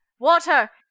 water